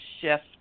shift